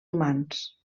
humans